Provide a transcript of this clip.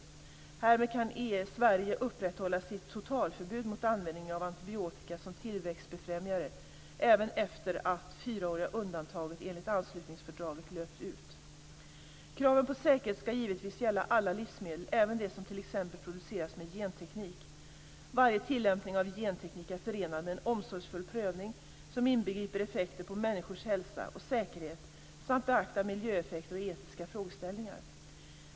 Härmed kan Sverige upprätthålla sitt totalförbud mot användning av antibiotika som tillväxtfrämjare även efter att det fyraåriga undantaget enligt anslutningsfördraget löpt ut. Kraven på säkerhet skall givetvis gälla alla livsmedel, även de som t.ex. produceras med genteknik. Varje tillämpning av genteknik är förenad med en omsorgsfull prövning, som inbegriper effekter på människors hälsa och säkerhet samt beaktar miljöeffekter och etiska frågeställningar.